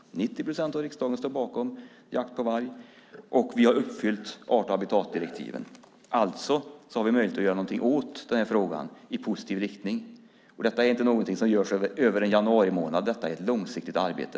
90 procent av riksdagen står bakom jakt på varg, och vi har uppfyllt art och habitatdirektivet. Alltså har vi en möjlighet att göra något åt frågan i positiv riktning. Det är inte något som görs över en januarimånad. Det är ett långsiktigt arbete.